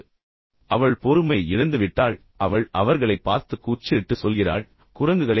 அவள் வந்து பின்னர் அவள் பொறுமையை இழந்துவிட்டாள் பின்னர் அவள் அவர்களைப் பார்த்து கூச்சலிட்டு அவள் சொல்கிறாள் குரங்குகளே